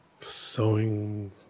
Sewing